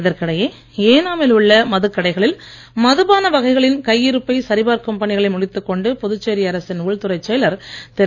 இதற்கிடையே ஏனா மில் உள்ள மதுக்கடைகளில் மதுபான வகைகளின் கையிருப்பை சரிபார்க்கும் பணிகளை முடித்துக்கொண்டு புதுச்சேரி அரசின் உள்துறைச் செயலர் திரு